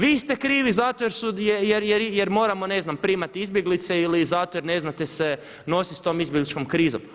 Vi ste krivi zato jer moramo ne znam primati izbjeglice ili zato jer ne znate se nositi s tom izbjegličkom krizom.